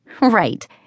Right